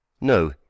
No